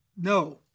No